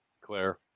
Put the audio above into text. Claire